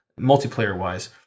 multiplayer-wise